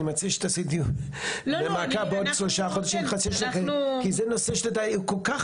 אני מציע שתעשי דיון למעקב בעוד חצי שנה כי זה נושא שכל-כך